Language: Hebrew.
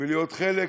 מלהיות חלק